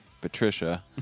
Patricia